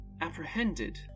apprehended